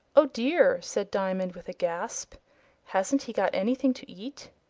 oh dear! said diamond with a gasp hasn't he got anything to eat?